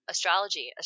Astrology